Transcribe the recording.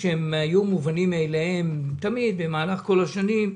דברים שהיו מובנים מאליהם במהלך כל השנים,